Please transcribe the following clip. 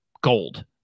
gold